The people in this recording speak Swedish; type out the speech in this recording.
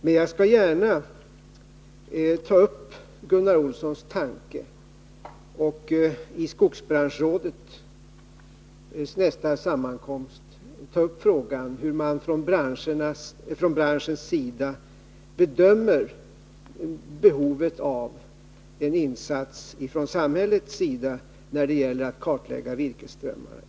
Men jag skall vid skogsbranschrådets nästa sammankomst gärna ta upp Gunnar Olssons tanke och fråga hur man från branschens sida bedömer behovet av en insats från samhällets sida när det gäller att kartlägga virkesströmmarna.